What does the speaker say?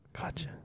gotcha